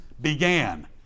began